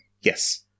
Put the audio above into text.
Yes